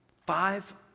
Five